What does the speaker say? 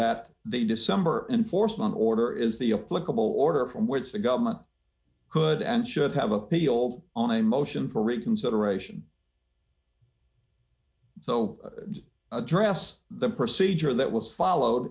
that the december enforcement order is the a political order from which the government could and should have appealed on a motion for reconsideration so address the procedure that was followed